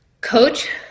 Coach